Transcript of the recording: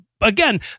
again